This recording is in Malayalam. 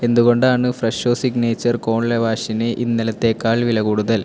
എന്തുകൊണ്ടാണ് ഫ്രെഷോ സിഗ്നേച്ചർ കോൺ ലവാഷിന് ഇന്നലത്തേക്കാൾ വില കൂടുതൽ